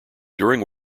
during